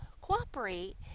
cooperate